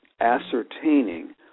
ascertaining